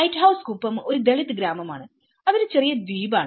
lighthouse Kuppam ഒരു ദളിത് ഗ്രാമമാണ് അതൊരു ചെറിയ ദ്വീപാണ്